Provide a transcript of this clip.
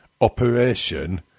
operation